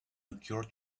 occur